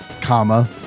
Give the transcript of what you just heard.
comma